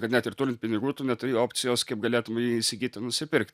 kad net ir turint pinigų tu neturi opcijos kaip galėtum įsigyti nusipirkt